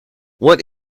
what